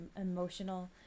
emotional